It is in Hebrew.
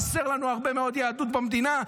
חסרה לנו הרבה מאוד יהדות במדינה,